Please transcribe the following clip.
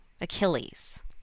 Achilles